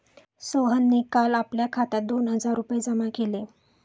सोहनने काल आपल्या खात्यात दोन हजार रुपये जमा केले